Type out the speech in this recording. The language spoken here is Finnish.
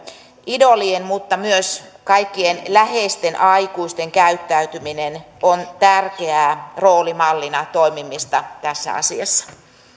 idolien mutta myös kaikkien läheisten aikuisten käyttäytyminen on tärkeää roolimallina toimimista tässä asiassa